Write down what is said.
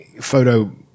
Photo